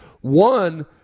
One